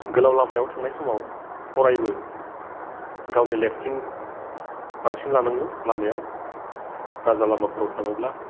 गोलाव लामायाव थांनाय समाव अरायबो गावनि लेफ्टथिं बांसिन लानांगौ लामायाव राजालामाफ्राव थाङोब्ला